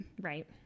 Right